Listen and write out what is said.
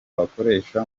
wakoresha